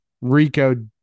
Rico